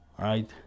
right